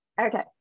okay